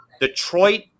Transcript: Detroit